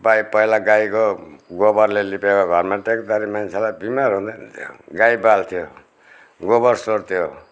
by पैला गाईको गोबरले लिपेको घरमा टेक्दाखेरि मान्छेलाई बिमार हुँदैनथ्यो गाई पाल्थ्यो गोबर सोर्थ्यो